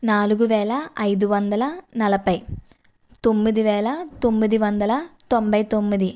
నాలుగు వేల ఐదు వందల నలభై తొమ్మిది వేల తొమ్మిది వందల తొంభై తొమ్మిది